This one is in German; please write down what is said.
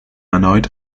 erneut